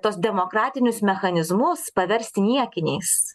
tuos demokratinius mechanizmus paversti niekiniais